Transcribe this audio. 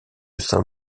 saint